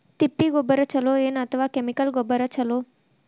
ತಿಪ್ಪಿ ಗೊಬ್ಬರ ಛಲೋ ಏನ್ ಅಥವಾ ಕೆಮಿಕಲ್ ಗೊಬ್ಬರ ಛಲೋ?